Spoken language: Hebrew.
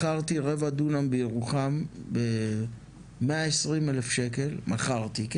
מכרתי רבע דונם בירוחם ב-120,000 שקלים עם